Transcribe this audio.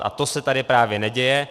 A to se tady právě neděje.